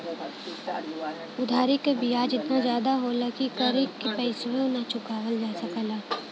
उधारी क बियाज एतना जादा होला कि कर के पइसवो ना चुका सकल जाला